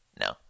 No